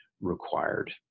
required